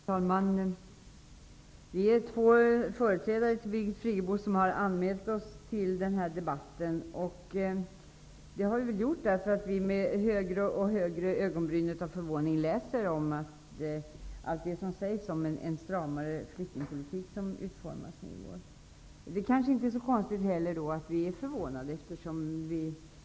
Herr talman! Vi är två företrädare till Birgit Friggebo som har anmält oss till denna debatt. Det har vi gjort därför att vi med allt mer höjda ögonbryn med förvåning läser allt det som sägs om den stramare flyktingpolitik som utformas nu i vår. Det kanske inte är så konstigt att vi är förvånade.